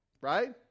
Right